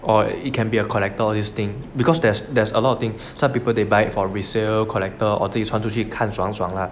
or it can be a connector all this thing because there's there's a lot of thing some people they buy for resale collector or 自己穿出去看爽爽 lah